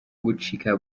gucika